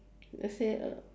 just say uh